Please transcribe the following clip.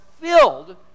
filled